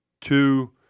two